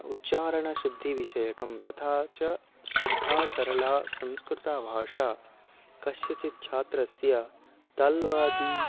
उच्चारणशुद्धेः विषयकं तथा च शुद्धा सरला संस्कृतभाषा कस्यचित् छात्रस्य ताल्वादि